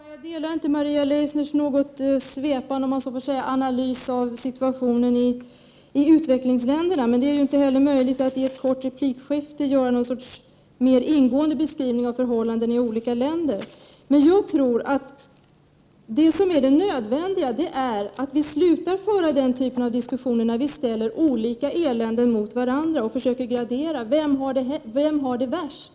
Herr talman! Jag håller inte med om Maria Leissners något svepande analys av situationen i utvecklingsländerna, men det är inte möjligt att i ett kort replikskifte göra en mer ingående beskrivning av förhållandena i olika länder. Jag tror att det är nödvändigt att vi slutar att föra den typen av diskussioner där vi ställer olika eländen mot varandra och försöker gradera vem som har det värst.